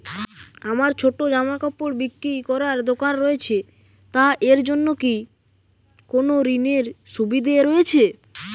আমার ছোটো জামাকাপড় বিক্রি করার দোকান রয়েছে তা এর জন্য কি কোনো ঋণের সুবিধে রয়েছে?